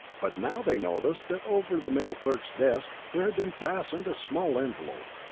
but now they noticed that over the mail-clerk's desk there had been fastened a small envelope.